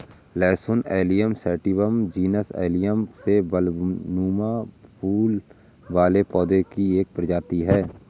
लहसुन allium sativum genus allium में बल्बनुमा फूल वाले पौधे की एक प्रजाति है